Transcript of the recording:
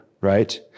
right